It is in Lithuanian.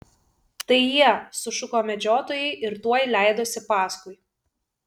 tai jie sušuko medžiotojai ir tuoj leidosi paskui